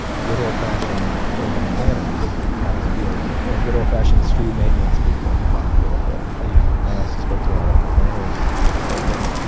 good old fashioned urban planners have to deal with it or good old fashioned street maintenance people have to deal with it i also spoke to a lot of planners for the book and